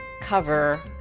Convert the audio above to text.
cover